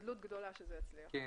אני